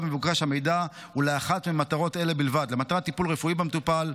מבוקש המידע ולאחת ממטרות אלה בלבד: למטרת טיפול רפואי במטופל,